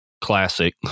classic